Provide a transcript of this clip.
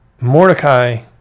Mordecai